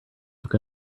took